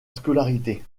scolarité